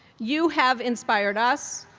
you have inspired us.